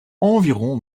environ